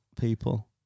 people